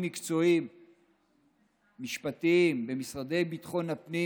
מקצועיים משפטיים במשרדי ביטחון הפנים,